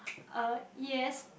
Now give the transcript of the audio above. uh yes